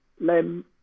Lem